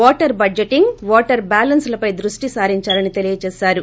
water budgeting water balance లపై దృష్టి సారిందాలని తెలియజేశారు